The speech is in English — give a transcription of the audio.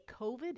COVID